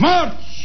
March